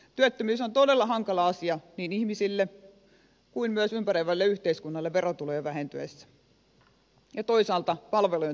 työttömyys on todella hankala asia niin ihmisille kuin myös ympäröivälle yhteiskunnalle verotulojen vähentyessä ja toisaalta palvelujen tarpeen kasvaessa